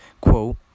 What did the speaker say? quote